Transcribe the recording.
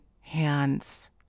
hands